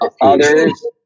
others